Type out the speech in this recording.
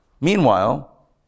meanwhile